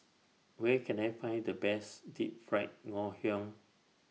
Where Can I Find The Best Deep Fried Ngoh Hiang